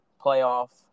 playoff